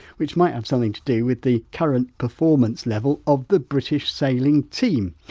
which might have something to do with the current performance level of the british sailing team.